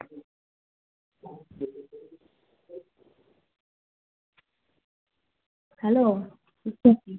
hello